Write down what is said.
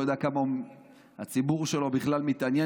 אני לא יודע כמה הציבור שלו בכלל מתעניין